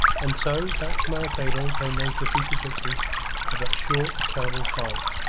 and so, back to maracaybo came those defeated victors of that short, terrible fight.